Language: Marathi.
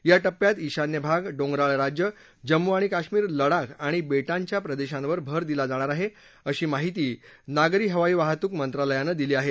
या टप्प्यात ईशान्य भाग डोंगराळ राज्य जम्मू आणि काश्मीर लडाख आणि बेटांच्या प्रदेशांवर भर दिला जाणार आहे अशी माहिती नागरी हवाई वाहतूक मंत्रालयानं दिली आहे